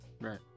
Right